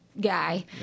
guy